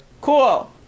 Cool